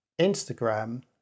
Instagram